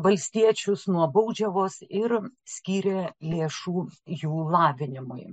valstiečius nuo baudžiavos ir skyrė lėšų jų lavinimui